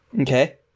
Okay